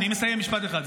אני מסיים, משפט אחד.